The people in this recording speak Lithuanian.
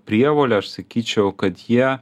prievolę aš sakyčiau kad jie